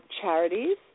charities